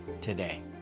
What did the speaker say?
today